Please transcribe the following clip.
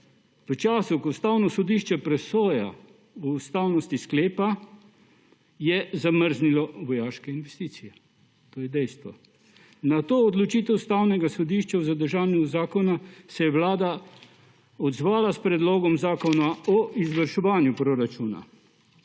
V času, ko Ustavno sodišče presoja o ustavnosti sklepa, je zamrznilo vojaške investicije, to je dejstvo. Na to odločitev Ustavnega sodišča o zadržanju zakona se je vlada odzvala s predlogom zakona o izvrševanju proračuna.